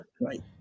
Right